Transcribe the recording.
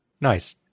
Nice